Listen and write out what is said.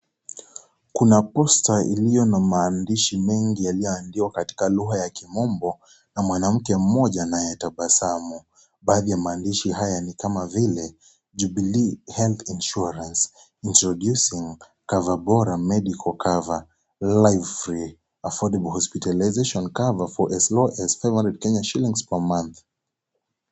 Kuna posta iliyo na maandishi mengi yaliyoandikwa katika lugha ya kimombo na mwanamke mmoja anayetabasamu. Baadhi ya maandishi haya ni kama vile Jubilee health insurance introducing Cover Bora medical cover, life affordable hospitalisation cover for as low as 500 ksh per month .